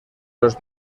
los